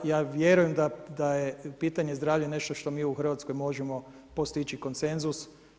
Ja vjerujem da je pitanje zdravlja nešto što mi u Hrvatskoj možemo postići konsenzus.